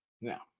Now